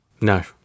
No